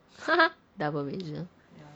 double major